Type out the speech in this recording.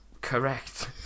Correct